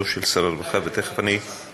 לא של שר הרווחה, ותכף אני,